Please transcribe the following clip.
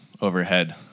overhead